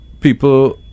people